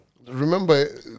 remember